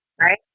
Right